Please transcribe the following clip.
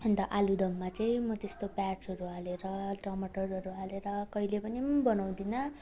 अन्त आलुदममा चाहिँ म त्यस्तो प्याजहरू हालेर टमाटारहरू हालेर कहिँले पनि बनाउँदिनँ